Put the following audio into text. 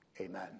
Amen